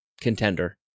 contender